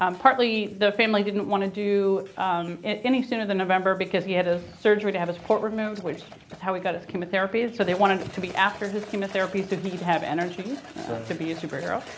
um partly, the family didn't want to do it any sooner than november because he had his surgery to have his port removed which was how he got his chemotherapy. so they wanted it to be after his chemotherapy so he'd have energy to be a superhero.